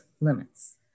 limits